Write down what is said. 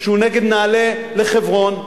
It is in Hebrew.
שהוא נגד "נעלה לחברון",